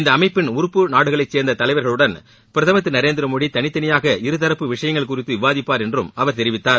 இந்த அமைப்பின் உறுப்பு நாடுகளை சேர்ந்த தலைவர்களுடன் பிரதமர் திரு நரேந்திர மோடி தனித்தனியாக இருதரப்பு விஷயங்கள் குறித்து விவாதிப்பார் என்றும் அவர் தெரிவித்தார்